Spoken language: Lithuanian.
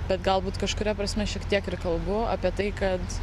bet galbūt kažkuria prasme šiek tiek ir kalbu apie tai kad